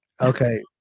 Okay